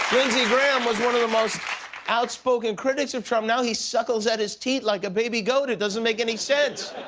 lindsey graham was one of the most outspoken critics of trump, now he suckles at his teet like a baby goat. it doesn't make any sense,